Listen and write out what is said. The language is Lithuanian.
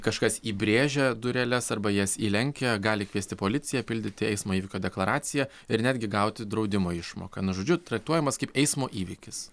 kažkas įbrėžia dureles arba jas įlenkia gali kviesti policiją pildyti eismo įvykio deklaraciją ir netgi gauti draudimo išmoką na žodžiu traktuojamas kaip eismo įvykis